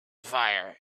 fire